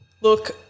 Look